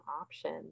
option